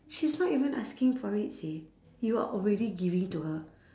she's not even asking for it seh you are already giving to her